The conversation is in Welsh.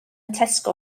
tesco